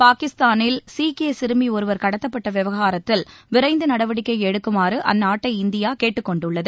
பாகிஸ்தானில் சீக்கிய சிறுமி ஒருவர் கடத்தப்பட்ட விவகாரத்தில் விரைந்து நடவடிக்கை எடுக்குமாறு அந்நாட்டை இந்தியா கேட்டுக்கொண்டுள்ளது